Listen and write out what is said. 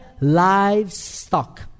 livestock